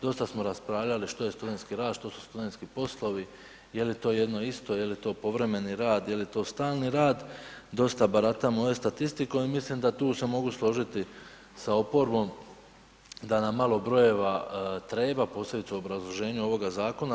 Dosta smo raspravljali što je studentski rad, što su studentski poslovi, je li to jedno isto, je li to povremeni rad, je li to stalni rad, dosta baratamo ovdje statistikom i mislim da tu se mogu složiti sa oporbom da nam malo brojeva treba posebice u obrazloženju ovoga zakona.